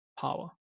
power